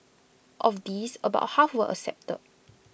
of these about half were accepted